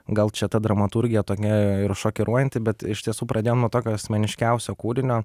gal čia ta dramaturgija tokia ir šokiruojanti bet iš tiesų pradėjom nuo tokio asmeniškiausio kūrinio